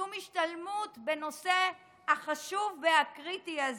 שום השתלמות בנושא החשוב והקריטי הזה.